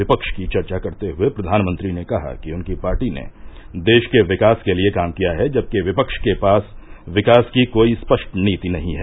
विपक्ष की चर्चा करते हुए प्रधानमंत्री ने कहा कि उनकी पार्टी ने देश के विकास के लिए काम किया है जबकि विपक्ष के पास विकास की कोई स्पष्ट नीति नहीं है